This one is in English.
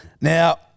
Now